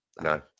No